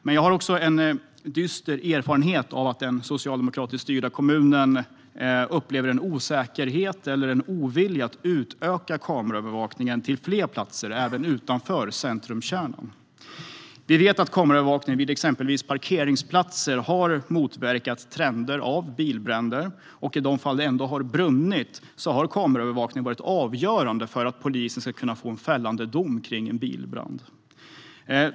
Men jag har också en dyster erfarenhet av att den socialdemokratiskt styrda kommunen upplever osäkerhet eller ovilja att utöka kameraövervakningen till fler platser, även utanför centrumkärnan. Vi vet att kameraövervakning vid exempelvis parkeringsplatser har motverkat trender av bilbränder. I de fall det ändå brunnit har kameraövervakning varit avgörande för polisen för att få en fällande dom efter en bilbrand.